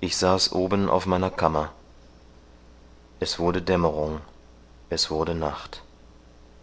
ich saß oben auf meiner kammer es wurde dämmerung es wurde nacht